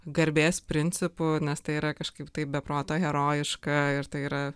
garbės principu nes tai yra kažkaip tai be proto herojiška ir tai yra